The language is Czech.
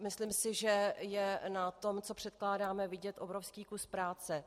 Myslím si, že je na tom, co překládáme, vidět obrovský kus práce.